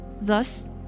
Thus